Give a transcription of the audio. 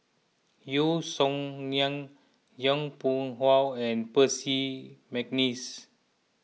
Yeo Song Nian Yong Pung How and Percy McNeice